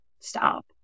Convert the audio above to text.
stop